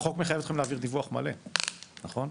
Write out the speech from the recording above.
החוק מחייב אתכם להעביר דיווח מלא, נכון?